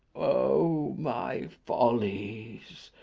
o my follies!